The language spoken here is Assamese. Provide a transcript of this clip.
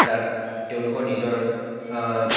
তাত তেওঁলোকৰ নিজৰ